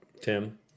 Tim